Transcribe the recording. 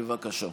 בבקשה.